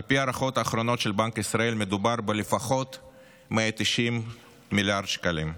על פי ההערכות האחרונות של בנק ישראל מדובר ב-190 מיליארד שקלים לפחות.